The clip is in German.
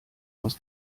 aus